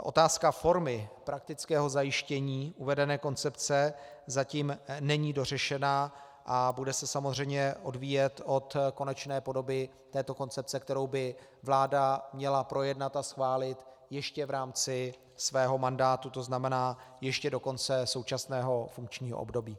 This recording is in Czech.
Otázka formy, praktického zajištění uvedené koncepce zatím není dořešena a bude se samozřejmě odvíjet od konečné podoby této koncepce, kterou by vláda měla projednat a schválit ještě v rámci svého mandátu, tzn. ještě do konce současného funkčního období.